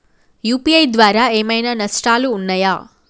UPI ద్వారా ఏమైనా నష్టాలు ఉన్నయా?